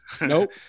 Nope